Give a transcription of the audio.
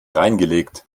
reingelegt